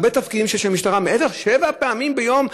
יש הרבה תפקידים למשטרה מעבר לשבע פעמים ביום,